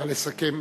נא לסכם.